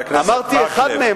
אמרת: אחד מהם.